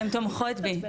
הן תומכות בי,